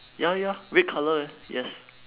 ya ya red colour eh yes